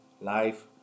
life